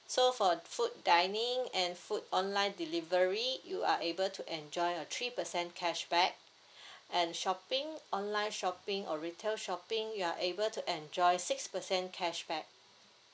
so for food dining and food online delivery you are able to enjoy a three percent cashback and shopping online shopping or retail shopping you are able to enjoy six percent cashback